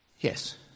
yes